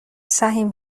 سهیم